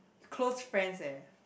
close friends eh